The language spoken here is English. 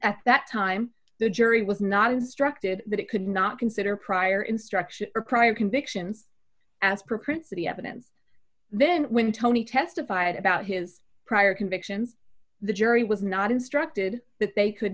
at that time the jury was not instructed that it could not consider prior instruction or prior convictions as principi evidence then when tony testified about his prior convictions the jury was not instructed that they could